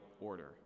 order